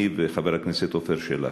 אני וחבר הכנסת עפר שלח.